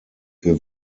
wir